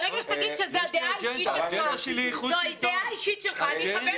ברגע שתגיד שזו הדעה האישית שלך אני אכבד אותך.